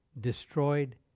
destroyed